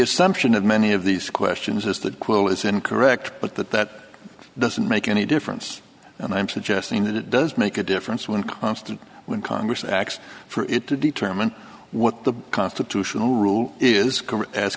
assumption of many of these questions is that quote is incorrect but that that doesn't make any difference and i'm suggesting that it does make a difference one constant when congress acts for it to determine what the constitutional rule is